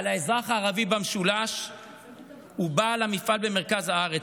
על האזרח הערבי במשולש ועל בעל המפעל במרכז הארץ.